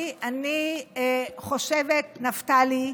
אני חושבת, נפתלי,